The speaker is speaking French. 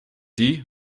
dix